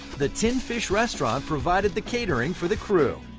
the tin fish restaurant provided the catering for the crew,